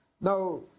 Now